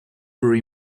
were